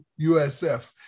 USF